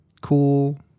cool